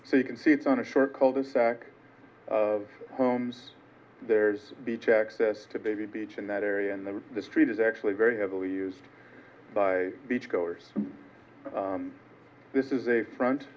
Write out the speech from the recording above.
so you can see it's on a short cul de sac of homes there's beach access to baby beach in that area and then the street is actually very heavily used by beach goers this is a front